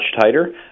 tighter